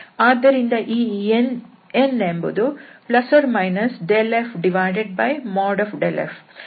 ಆದ್ದರಿಂದ ಈ n ಎಂಬುದು ∇f∇fಅಲ್ಲದೆ ಬೇರೇನೂ ಅಲ್ಲ